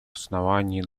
основания